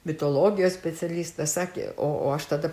mitologijos specialistas sakė o aš tada